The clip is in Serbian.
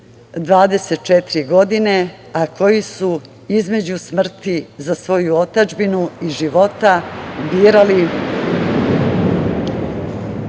24 godine, a koji su između smrti za svoju otadžbinu i života birali